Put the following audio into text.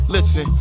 Listen